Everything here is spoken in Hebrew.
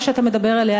מה שאתה מדבר עליה,